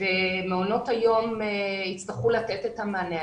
ומעונות היום יצטרכו לתת את המענה.